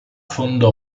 fondò